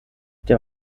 der